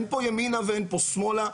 אין פה ימינה ואין פה שמאלה.